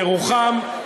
ירוחם,